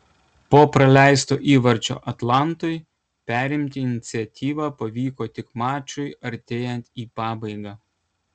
po praleisto įvarčio atlantui perimti iniciatyvą pavyko tik mačui artėjant į pabaigą